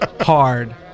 hard